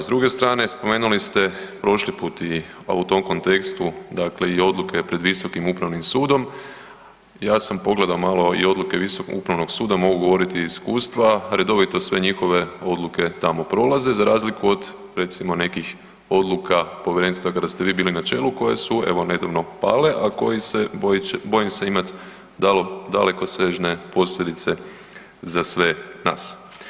S druge strane spomenuli ste prošli put i, a u tom kontekstu dakle i odluke pred Visokim upravnim sudom, ja sam pogledao malo i odluke Visokog upravnog suda, mogu govoriti i iz iskustva, redovito sve njihove odluke tamo prolaze za razliku od recimo nekih odluka povjerenstva kada ste vi bili na čelu koje su evo nedavno pale, a koje se bojim se imat dalekosežne posljedice za sve nas.